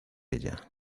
ella